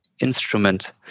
instrument